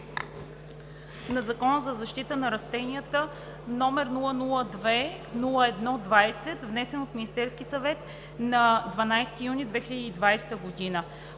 на Закона за защита на растенията, № 002-01-20, внесен от Министерския съвет на 12 юни 2020 г.